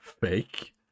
Fake